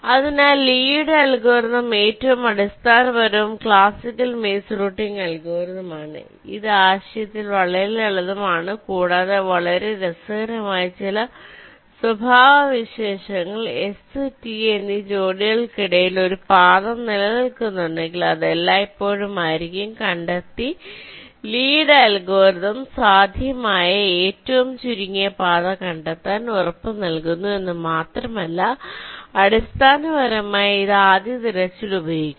അതിനാൽ ലീയുടെ algorithm Lee's algorithm ഏറ്റവും അടിസ്ഥാനപരവും ക്ലാസിക്കൽ മെയ്സ് റൂട്ടിംഗ് അൽഗോരിതം ആണ് ഇത് ആശയത്തിൽ വളരെ ലളിതമാണ് കൂടാതെ വളരെ രസകരമായ ചില സ്വഭാവവിശേഷങ്ങൾ എസ് ടി എന്നീ ജോഡികൾക്കിടയിൽ ഒരു പാത നിലനിൽക്കുന്നുണ്ടെങ്കിൽ അത് എല്ലായ്പ്പോഴും ആയിരിക്കും കണ്ടെത്തി ലീയുടെ അൽഗോരിതംLee's algorithm സാധ്യമായ ഏറ്റവും ചുരുങ്ങിയ പാത കണ്ടെത്താൻ ഉറപ്പുനൽകുന്നു എന്ന് മാത്രമല്ല അടിസ്ഥാനപരമായി ഇത് ആദ്യ തിരച്ചിൽ ഉപയോഗിക്കുന്നു